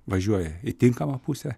važiuoja į tinkamą pusę